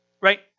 right